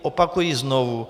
Opakuji znovu.